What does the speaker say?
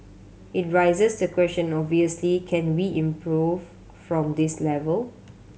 it raises the question obviously can we improve from this level